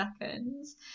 seconds